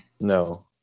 No